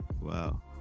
Wow